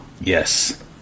Yes